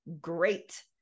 great